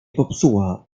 popsuła